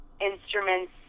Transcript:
instruments